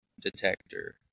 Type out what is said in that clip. detector